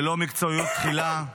ללא מקצועיות תחילה.